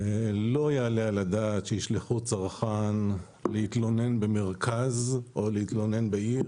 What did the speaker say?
לא יעלה על הדעת שישלחו צרכן להתלונן במרכז או להתלונן בעיר